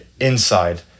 Inside